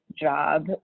job